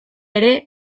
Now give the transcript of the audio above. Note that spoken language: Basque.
ere